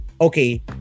Okay